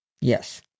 Yes